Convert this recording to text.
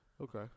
Okay